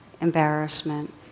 embarrassment